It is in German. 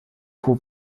quo